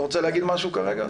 אתה רוצה להגיד משהו כרגע?